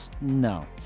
No